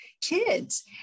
kids